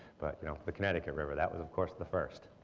but you know the connecticut river, that was of course the first.